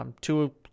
Two